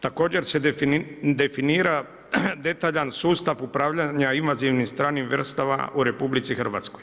Također se definira detaljan sustav upravljanja invazivnih stranih vrsta u RH.